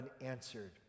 unanswered